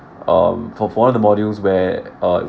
um for for all the modules where uh